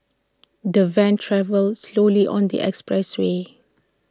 the van travelled slowly on the expressway